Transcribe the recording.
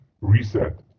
reset